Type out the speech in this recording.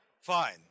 Fine